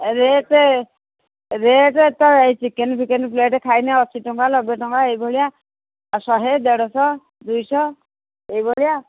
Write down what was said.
rate rate ତ ଏଇ chicken ଫିକେନ୍ ପ୍ଲେଟ୍ ଖାଇଲେ ଅଶୀ ଟଙ୍କା ନବେ ଟଙ୍କା ଏହିଭଳିଆ ଶହେ ଦେଢ଼ଶହ ଦୁଇଶହ ଏଇ ଭଳିଆ